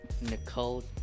Nicole